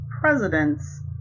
president's